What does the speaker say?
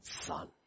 son